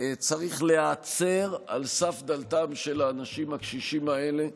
צריך להיעצר על סף דלתם של האנשים הקשישים האלה,